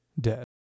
dead